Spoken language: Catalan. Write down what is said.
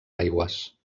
aigües